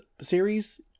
series